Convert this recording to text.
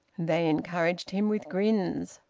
they encouraged him with grins.